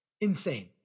insane